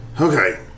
Okay